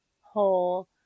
whole